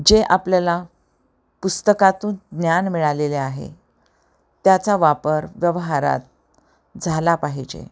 जे आपल्याला पुस्तकातून ज्ञान मिळालेले आहे त्याचा वापर व्यवहारात झाला पाहिजे